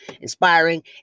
inspiring